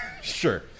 Sure